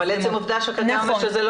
אבל עובדה שזה לא